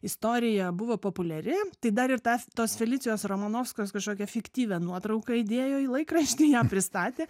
istorija buvo populiari tai dar ir tą tos felicijos romanovskos kažkokią fiktyvią nuotrauką įdėjo į laikraštį ją pristatė